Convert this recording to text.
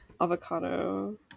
avocado